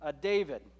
David